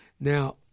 Now